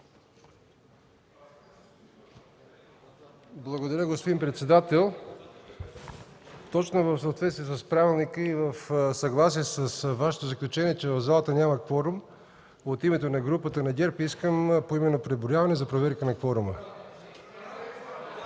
Благодаря, господин председател. Точно в съответствие с правилника и в съгласие с Вашето заключение, че в залата няма кворум, от името на групата на ГЕРБ искам поименно преброяване за проверка на кворума.